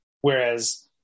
Whereas